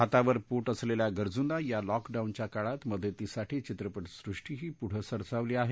हातावर पोट असलेल्या गरजूंना या लॉकडाऊनच्या काळात मदतीसाठी चित्रपटसृष्टीही पुढं सरसावली आहे